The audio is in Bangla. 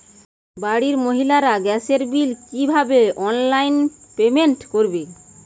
বাড়ির মহিলারা গ্যাসের বিল কি ভাবে অনলাইন পেমেন্ট করবে?